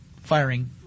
firing